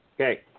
Okay